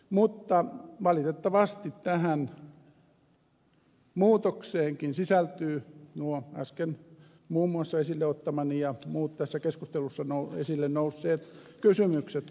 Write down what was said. valitettavasti tähän muutokseenkin sisältyvät nuo äsken muun muassa esille ottamani ja muut tässä keskustelussa esille nousseet kysymykset